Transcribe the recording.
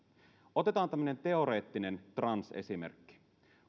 otetaan tämmöinen teoreettinen transesimerkki